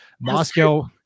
Moscow